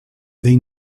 they